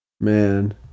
Man